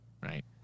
Right